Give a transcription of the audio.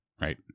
right